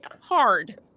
hard